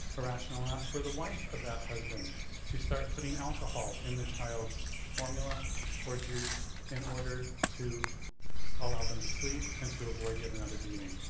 irration enough for the wife of that husband to start putting alcohol in the child's formula or juice in order to allow them to sleep and to avoid yet another beating.